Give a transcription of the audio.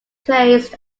replaced